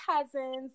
cousins